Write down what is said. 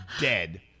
dead